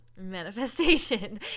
manifestation